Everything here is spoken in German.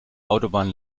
autobahn